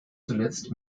zuletzt